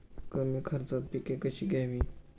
कमी खर्चात पिके कशी घ्यावी?